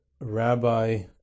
rabbi